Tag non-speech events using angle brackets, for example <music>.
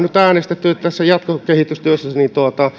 <unintelligible> nyt äänestetty niin että tässä jatkokehitystyössä